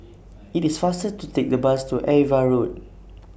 IT IS faster to Take The Bus to AVA Road